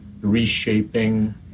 Reshaping